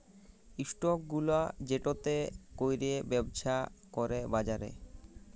stock গুলা যেটতে ক্যইরে ব্যবছা ক্যরে বাজারে